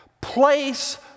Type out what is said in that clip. place